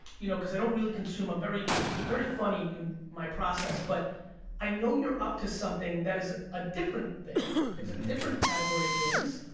you know cause i don't really consume. i'm very very funny in my process. but i know you're up to something that is a different thing. it's a different category of things.